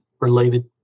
related